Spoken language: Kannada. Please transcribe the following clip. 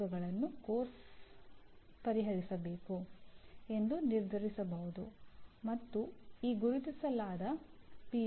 ಒಂದೋ ಅವರು ಉದ್ಯಮದಲ್ಲಿ ಸ್ಥಾನ ಪಡೆಯುತ್ತಾರೆ ಅಥವಾ ಅವರು ಜಿ